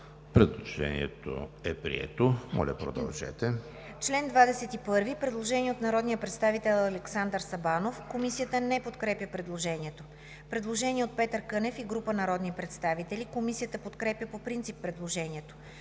Предложението е прието. Ще продължим